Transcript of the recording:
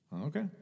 Okay